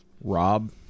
Rob